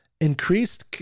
increased